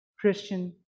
Christian